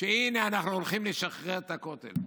שהינה אנחנו הולכים לשחרר את הכותל.